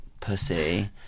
pussy